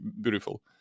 beautiful